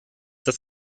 das